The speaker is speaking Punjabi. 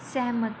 ਸਹਿਮਤ